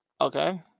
okay